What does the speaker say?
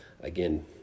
again